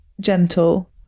gentle